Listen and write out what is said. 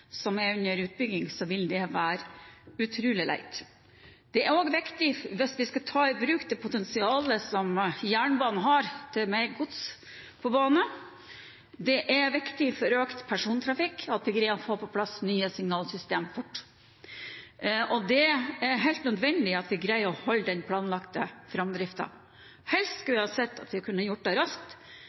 som er under utbygging, ville det være utrolig leit. Dette er viktig hvis vi skal ta i bruk det potensialet som jernbanen har, til mer gods på bane. Det er viktig for økt persontrafikk at vi greier å få på plass nye signalsystemer fort. Og det er helt nødvendig at vi greier å holde den planlagte framdriften. Jeg skulle helst sett at vi kunne gjort det raskt,